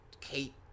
Kate